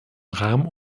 rahmen